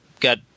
got